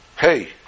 Hey